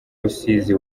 rusizi